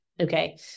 Okay